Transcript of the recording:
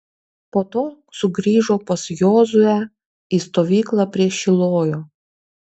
po to sugrįžo pas jozuę į stovyklą prie šilojo